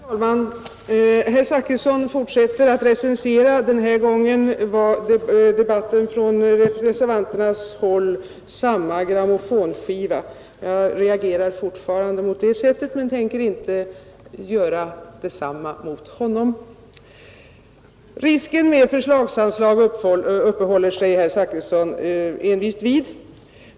Herr talman! Herr Zachrisson fortsätter att recensera, och den här gången var debatten från reservanternas håll ”samma grammofonskiva”. Jag reagerar fortfarande mot det sättet att argumentera och tänker inte göra detsamma mot honom. Risken med förslagsanslag uppehåller sig herr Zachrisson envist vid.